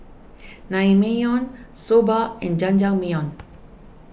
Naengmyeon Soba and Jajangmyeon